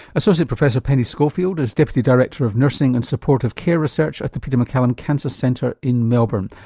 associate professor penny schofield is deputy director of nursing and supportive care research at the peter maccallum cancer centre in melbourne.